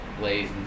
late